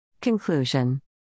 Conclusion